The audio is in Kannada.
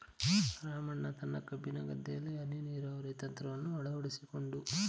ರಾಮಣ್ಣ ತನ್ನ ಕಬ್ಬಿನ ಗದ್ದೆಗೆ ಹನಿ ನೀರಾವರಿ ತಂತ್ರವನ್ನು ಅಳವಡಿಸಿಕೊಂಡು